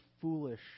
foolish